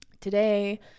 Today